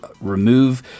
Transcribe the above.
remove